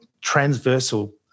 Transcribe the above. transversal